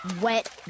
wet